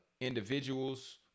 individuals